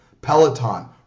Peloton